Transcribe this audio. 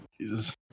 Jesus